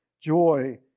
Joy